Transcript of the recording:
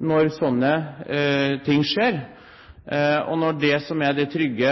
når sånne ting skjer, og når det som er den trygge